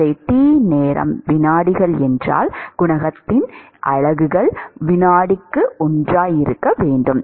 எனவே t நேரம் வினாடிகள் என்றால் குணகத்தின் அலகுகள் வினாடிக்கு ஒன்றாய் இருக்க வேண்டும்